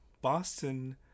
Boston